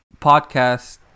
podcast